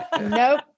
Nope